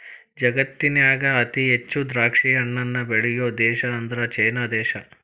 ಜಗತ್ತಿನ್ಯಾಗ ಅತಿ ಹೆಚ್ಚ್ ದ್ರಾಕ್ಷಿಹಣ್ಣನ್ನ ಬೆಳಿಯೋ ದೇಶ ಅಂದ್ರ ಚೇನಾ ದೇಶ